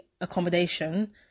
accommodation